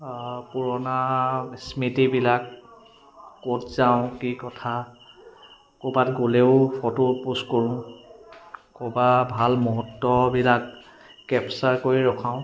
পুৰণা স্মৃতিবিলাক ক'ত যাওঁ কি কথা ক'ৰবাত গ'লেও ফটো প'ষ্ট কৰোঁ ক'ৰবাৰ ভাল মুহূৰ্তবিলাক কেপচাৰ কৰি ৰখাওঁ